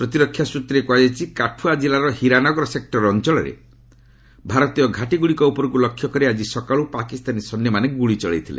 ପ୍ରତିରକ୍ଷା ସ୍ୱତ୍ରରେ କୁହାଯାଇଛି କାଠୁଆ କିଲ୍ଲାର ହୀରାନଗର ସେକ୍ଟର ଅଞ୍ଚଳରେ ଭାରତୀୟ ଘାଟିଗୁଡ଼ିକ ଉପରକୁ ଲକ୍ଷ୍ୟ କରି ଆଜି ସକାଳୁ ପାକିସ୍ତାନୀ ସୈନ୍ୟମାନେ ଗୁଳି ଚଳାଇଥିଲେ